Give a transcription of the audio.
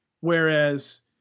Whereas